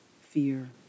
fear